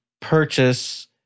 purchase